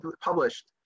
published